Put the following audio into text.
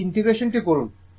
এই ইন্টিগ্রেশনটি করুন